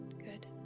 Good